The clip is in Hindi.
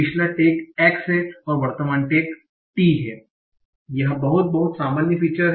पिछला टैग x है और वर्तमान टैग t है यह बहुत बहुत सामान्य फीचर है